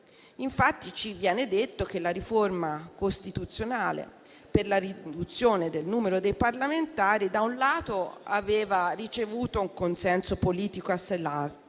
Ci viene detto che la riforma costituzionale per la riduzione del numero dei parlamentari - da un lato - aveva ricevuto un consenso politico assai largo